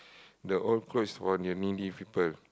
the old clothes for the needy people